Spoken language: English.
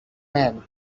man